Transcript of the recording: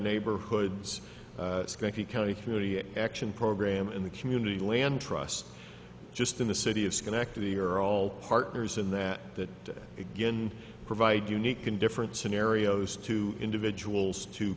neighborhoods county community action program in the community land trust just in the city of schenectady are all partners in that that again provide unique and different scenarios to individuals to